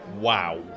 Wow